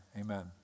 amen